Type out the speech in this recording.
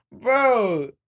Bro